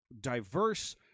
diverse